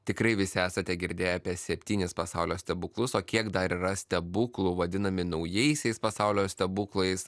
tikrai visi esate girdėję apie septynis pasaulio stebuklus o kiek dar yra stebuklų vadinami naujaisiais pasaulio stebuklais